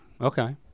Okay